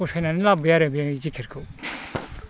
फसायनानै लाबोबाय आरो बे जेकेटखौ